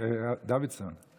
איזנקוט אולי יהיה,